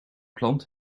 plant